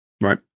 Right